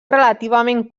relativament